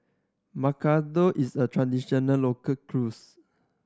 macarons is a traditional local cuisine